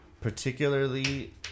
particularly